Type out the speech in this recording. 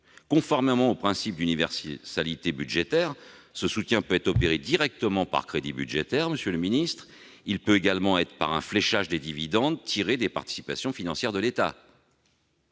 Conformément au principe d'universalité budgétaire, ce soutien peut être opéré directement par crédits budgétaires. Il peut également l'être par un fléchage des dividendes tirés des participations financières de l'État.